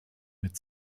mit